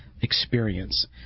experience